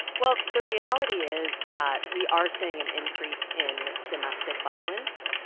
well, the reality is that we are seeing an increase in domestic violence.